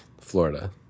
Florida